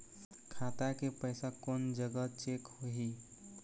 खाता के पैसा कोन जग चेक होही?